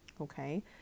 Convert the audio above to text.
Okay